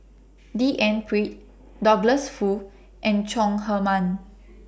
D N Pritt Douglas Foo and Chong Heman